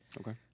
Okay